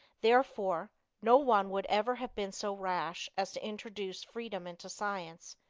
therefore no one would ever have been so rash as to introduce freedom into science,